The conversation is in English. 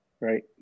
right